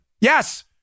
Yes